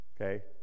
Okay